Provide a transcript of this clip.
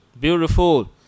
Beautiful